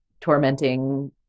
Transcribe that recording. tormenting